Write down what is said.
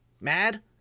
mad